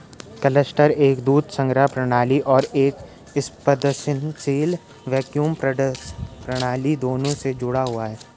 cluster एक दूध संग्रह प्रणाली और एक स्पंदनशील वैक्यूम प्रणाली दोनों से जुड़ा हुआ है